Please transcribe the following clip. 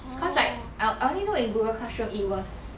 cause like I I'll only know in Google classroom it was